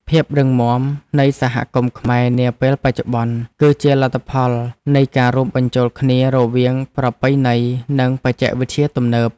ភាពរឹងមាំនៃសហគមន៍ខ្មែរនាពេលបច្ចុប្បន្នគឺជាលទ្ធផលនៃការរួមបញ្ចូលគ្នារវាងប្រពៃណីនិងបច្ចេកវិទ្យាទំនើប។